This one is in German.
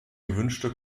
gewünschte